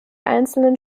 einzelnen